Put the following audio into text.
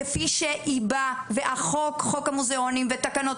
כפי שהיא באה והחוק המוזיאונים ותקנות